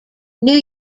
new